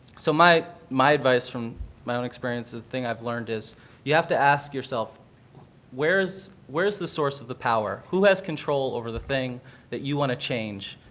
so my my advice from my own experience, the thing i've learned is you have to ask yourself where is where is the source of the power? who has control over the thing that you want to change?